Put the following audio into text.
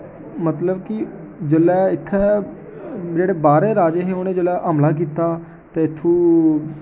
मतलब कि जिसलै इत्थै जेह्ड़े बाह्रे दे राजे हे उ'नें जेल्लै हमला कीता ते इत्थूं